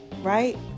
right